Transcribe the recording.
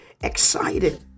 excited